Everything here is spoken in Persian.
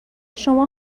شما